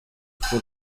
for